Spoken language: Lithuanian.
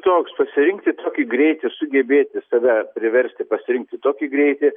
toks pasirinkti tokį greitį sugebėti save priversti pasirinkti tokį greitį